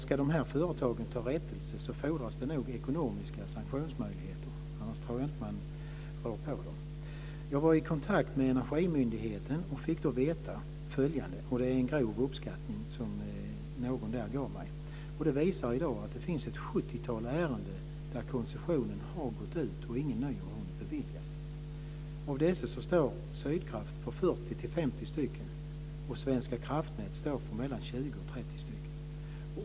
Ska de här företagen ta rättelse fordras det nog möjligheter till ekonomiska sanktioner. Annars tror jag inte att man rår på dem. Jag var i kontakt med Energimyndigheten och fick då veta - det är en grov uppskattning som någon där gjorde - att det i dag finns ett sjuttiotal ärenden där koncessionen har gått ut och ingen ny har beviljats. Av dessa står Sydkraft för 40-50 ärenden och Svenska Kraftnät för 20-30 ärenden.